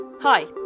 Hi